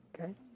okay